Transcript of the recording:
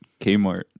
Kmart